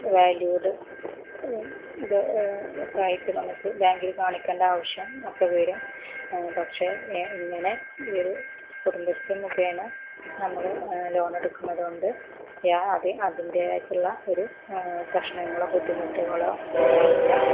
valued ഇത് ഒക്കെ ആയിട്ട് നമുക്ക് ബാങ്കിൽ കാണിക്കണ്ട ആവശ്യം ഒക്കെ വരും പക്ഷെ ഇങ്ങനെ ഒരു കുടുംബശ്രീ മുഖേന നമ്മള് ലോണെടുക്കുന്നതുകൊണ്ട് യാ അതി അതിന്റേതായിട്ടുള്ള ഒരു പ്രശ്നങ്ങളോ ബുദ്ധിമുട്ടുകളോ ഉണ്ടാവില്ല